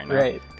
right